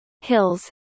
hills